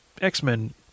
X-Men